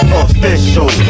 official